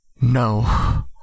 No